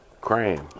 cram